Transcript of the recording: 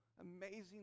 amazing